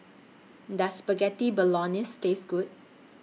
Does Spaghetti Bolognese Taste Good